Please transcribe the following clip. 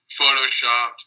photoshopped